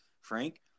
Frank